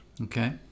Okay